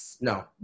no